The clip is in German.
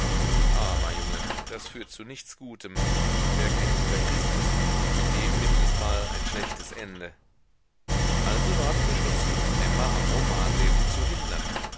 armer junge das führt zu nichts gutem und wer kein guter christ ist mit dem nimmt es mal ein schlechtes ende also ward beschlossen emma am romanlesen zu hindern